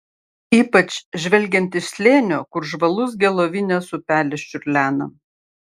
ypač žvelgiant iš slėnio kur žvalus gelovinės upelis čiurlena